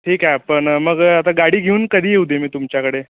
ठीक आहे आपण मग आता गाडी घेऊन कधी येऊ दे मी तुमच्याकडे